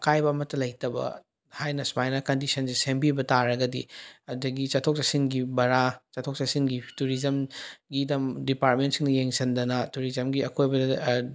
ꯑꯀꯥꯏꯕ ꯑꯃꯠꯇ ꯂꯩꯇꯕ ꯍꯥꯏꯅ ꯁꯨꯃꯥꯏꯅ ꯀꯟꯗꯤꯁꯟꯁꯦ ꯁꯦꯝꯕꯤꯕ ꯇꯥꯔꯒꯗꯤ ꯑꯗꯒꯤ ꯆꯠꯊꯣꯛ ꯆꯠꯁꯤꯟꯒꯤ ꯚꯔꯥ ꯆꯠꯊꯣꯛ ꯆꯠꯁꯤꯟꯒꯤ ꯇꯨꯔꯤꯖꯝꯒꯤꯗꯃꯛ ꯗꯤꯄꯥꯔꯃꯦꯟꯁꯤꯡꯅ ꯌꯦꯡꯁꯤꯟꯗꯅ ꯇꯨꯔꯤꯖꯝꯒꯤ ꯑꯀꯣꯏꯕꯗ